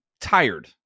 tired